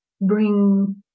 bring